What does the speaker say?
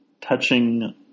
touching